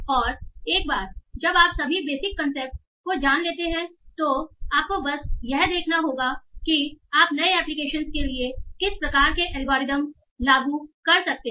और एक बार जब आप सभी बेसिक कंसेप्ट को जान लेते हैं तो आपको बस यह देखना होगा कि आप नए एप्लीकेशन के लिए किस प्रकार के एल्गोरिदम लागू कर सकते हैं